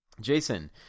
Jason